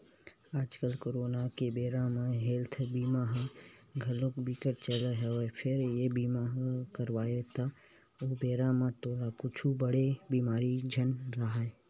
आजकल करोना के बेरा ले हेल्थ बीमा ह घलोक बिकट चलत हवय फेर ये बीमा जब करवाबे त ओ बेरा म तोला कुछु बड़े बेमारी झन राहय